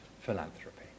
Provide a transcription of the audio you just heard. philanthropy